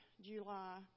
July